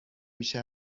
میشه